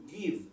give